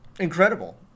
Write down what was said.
incredible